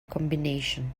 combination